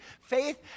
Faith